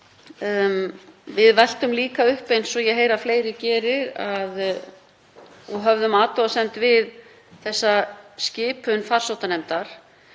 Við veltum líka upp, eins og ég heyri að fleiri gera, og gerðum athugasemd við þessa skipun farsóttanefndar.